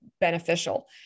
beneficial